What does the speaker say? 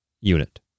Unit